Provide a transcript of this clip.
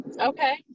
Okay